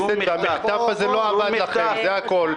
המחטף הזה לא עבד לכם, זה הכול.